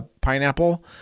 pineapple